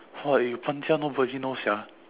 !wah! you 搬家 nobody know sia